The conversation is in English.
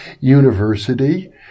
University